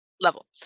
level